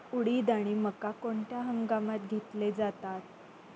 उडीद आणि मका कोणत्या हंगामात घेतले जातात?